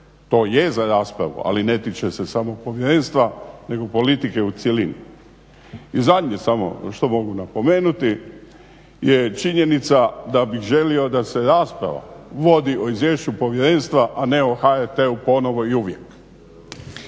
to je za raspravu ali ne tiče se samo povjerenstva nego politike u cjelini. I zadnje samo što mogu napomenuti je činjenica da bih želio da se rasprava vodi o izvješću povjerenstva a ne o HRT-u ponovo i uvijek.